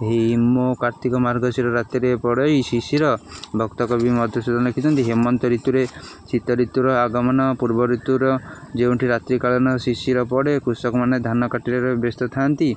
ହିମ କାର୍ତ୍ତିକ ମାର୍ଗଶୀର ରାତିରେ ପଡ଼ଇ ଶିଶିର ଭକ୍ତକବି ମଧୁସୂଦନ ଲେଖିଛନ୍ତି ହେମନ୍ତ ଋତୁରେ ଶୀତ ଋତୁୁର ଆଗମନ ପୂର୍ବ ଋତୁର ଯେଉଁଠି ରାତ୍ରିକାଳୀନ ଶିଶିର ପଡ଼େ କୃଷକମାନେ ଧାନ କାଟିଲାରେ ବ୍ୟସ୍ତ ଥାଆନ୍ତି